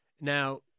Now